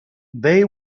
they